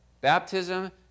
baptism